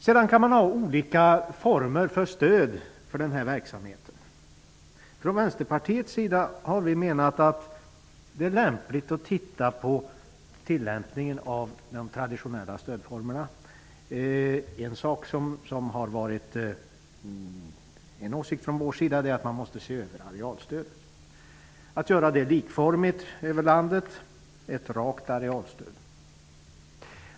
Man kan ha olika former för stödet till denna verksamhet. Vi från Vänsterpartiet anser det lämpligt att studera tillämpningen av de traditionella stödformerna. Vår åsikt är att man måste se över arealstödet och göra det likformigt över landet, ett rakt arealstöd.